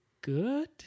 good